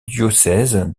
diocèse